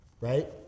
right